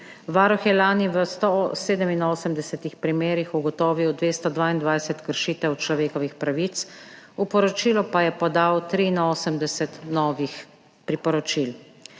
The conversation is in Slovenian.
Varuh je lani v 187 primerih ugotovil 222 kršitev človekovih pravic, v poročilu pa je podal 83 novih priporočil.